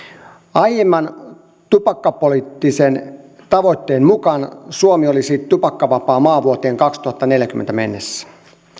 aiemman tupakkapoliittisen tavoitteen mukaan suomi olisi tupakkavapaa maa vuoteen kaksituhattaneljäkymmentä mennessä